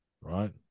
right